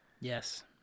Yes